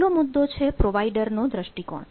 આગલો મુદ્દો છે પ્રોવાઇડર નો દ્રષ્ટિકોણ